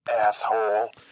Asshole